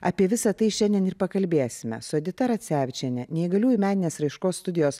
apie visa tai šiandien ir pakalbėsime su edita radzevičiene neįgaliųjų meninės raiškos studijos